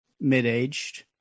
mid-aged